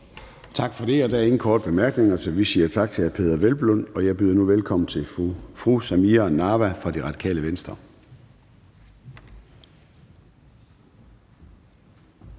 Tak for det. Der er ingen korte bemærkninger, så vi siger tak til fru Mai Mercado. Og jeg byder nu velkommen til fru Lotte Rod fra Radikale Venstre.